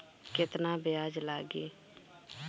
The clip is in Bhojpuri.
केतना ब्याज लागी?